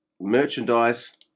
merchandise